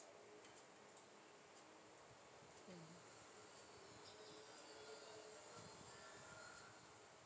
mm